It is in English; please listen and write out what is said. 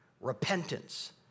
repentance